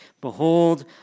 Behold